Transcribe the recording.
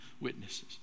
witnesses